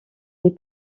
les